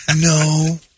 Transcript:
No